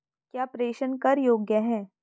क्या प्रेषण कर योग्य हैं?